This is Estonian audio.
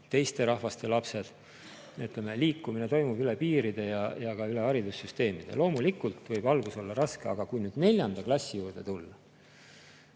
teiste rahvaste lapsed. Liikumine toimub üle piiride ja ka üle haridussüsteemide. Loomulikult võib alguses olla raske, aga kui nüüd neljanda klassi juurde tulla,